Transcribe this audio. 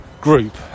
group